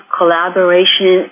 collaboration